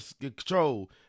control